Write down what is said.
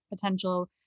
potential